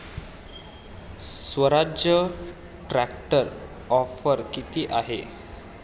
स्वराज्य ट्रॅक्टरवर ऑफर किती आहे?